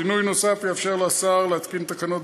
שינוי נוסף יאפשר לשר החקלאות להתקין תקנות